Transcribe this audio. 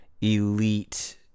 elite